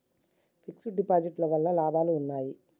Fix డ్ deposit వల్ల లాభాలు ఉన్నాయి?